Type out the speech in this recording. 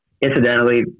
Incidentally